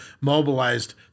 mobilized